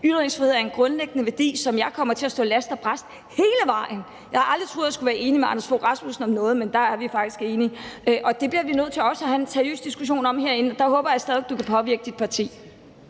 Ytringsfrihed er en grundlæggende værdi, og vi kommer til at stå last og brast hele vejen. Jeg havde aldrig troet, at jeg skulle være enig med Anders Fogh Rasmussen om noget, men der er vi faktisk enige. Og det bliver vi også nødt til at have en seriøs diskussion om herinde, og der håber jeg stadig væk, at du kan påvirke dit parti.